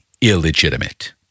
illegitimate